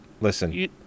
Listen